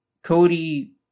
Cody